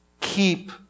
keep